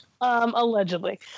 Allegedly